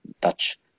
Dutch